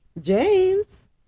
James